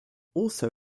also